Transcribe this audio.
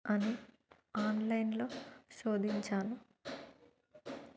అని ఆన్లైన్లో శోధించాను